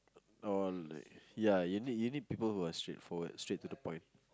or like ya you need you need people who are straight forward straight to the point